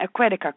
Aquatica